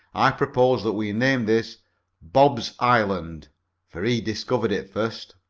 i propose that we name this bob's island for he discovered it first.